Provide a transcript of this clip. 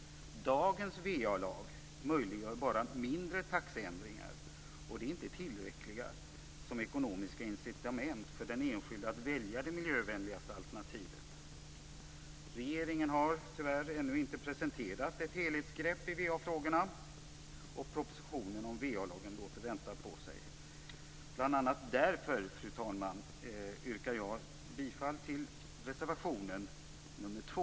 Dagens va-lag möjliggör bara mindre taxeändringar, och de är inte tillräckliga som ekonomiska incitament för den enskilde att välja det miljövänligaste alternativet. Regeringen har tyvärr ännu inte presenterat ett helhetsgrepp på va-frågorna, och propositionen om va-lagen låter vänta på sig. Fru talman! Bl.a. därför yrkar jag bifall reservation nr 2.